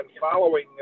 following